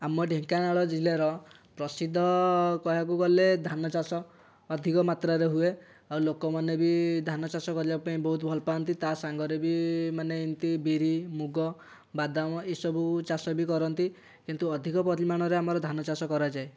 ଆମ ଢେଙ୍କାନାଳ ଜିଲ୍ଲାର ପ୍ରସିଦ୍ଧ କହିବାକୁ ଗଲେ ଧାନଚାଷ ଅଧିକ ମାତ୍ରାରେ ହୁଏ ଆଉ ଲୋକମାନେ ବି ଧାନଚାଷ କରିବା ପାଇଁ ବହୁତ ଭଲପାଆନ୍ତି ତା' ସାଙ୍ଗରେ ବି ଏମିତି ବିରି ମୁଗ ବାଦାମ ଏସବୁ ଚାଷ ବି କରନ୍ତି କିନ୍ତୁ ଅଧିକ ପରିମାଣରେ ଆମର ଧାନ ଚାଷ କରାଯାଏ